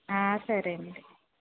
సరే అండి